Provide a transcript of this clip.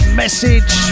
message